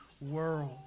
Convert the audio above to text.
world